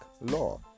law